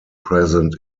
present